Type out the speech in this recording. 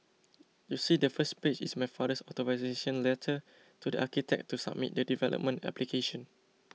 you see the first page is my father's authorisation letter to the architect to submit the development application